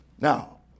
Now